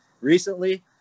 recently